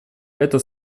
это